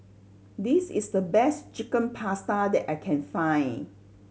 this is the best Chicken Pasta that I can find